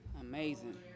Amazing